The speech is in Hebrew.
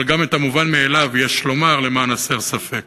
אבל גם את המובן מאליו יש לומר למען הסר ספק.